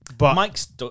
Mike's